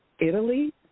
Italy